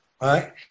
right